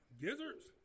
Gizzards